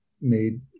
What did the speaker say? made